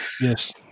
Yes